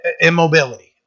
immobility